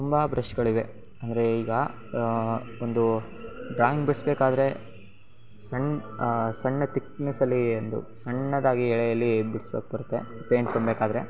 ತುಂಬ ಬ್ರೆಷ್ಗಳಿವೆ ಅಂದರೆ ಈಗ ಒಂದು ಡ್ರಾಯಿಂಗ್ ಬಿಡಿಸ್ಬೇಕಾದ್ರೆ ಸಣ್ಣ ಸಣ್ಣ ತಿಕ್ನೆಸ್ಸಲ್ಲಿ ಒಂದು ಸಣ್ಣದಾಗಿ ಎಳೆಯಲ್ಲಿ ಬಿಡ್ಸಕ್ಕೆ ಬರುತ್ತೆ ಪೇಂಯ್ಟ್ ತುಂಬಬೇಕಾದ್ರೆ